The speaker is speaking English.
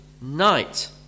night